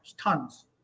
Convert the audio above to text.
tons